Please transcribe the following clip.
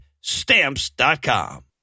stamps.com